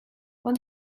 when